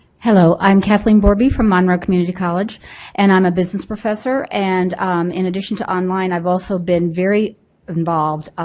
hello, i'm cathlene borby from monroe community college and i'm a business professor and in addition to online i've also been very involved